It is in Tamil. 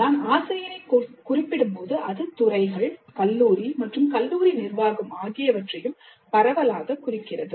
நான் ஆசிரியரை குறிப்பிடும்போது அது துறைகள் கல்லூரி மற்றும் கல்லூரி நிர்வாகம் ஆகியவற்றையும் பரவலாகக் குறிக்கிறது